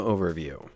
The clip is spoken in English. Overview